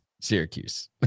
Syracuse